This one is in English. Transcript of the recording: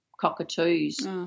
cockatoos